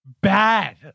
bad